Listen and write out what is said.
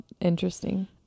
interesting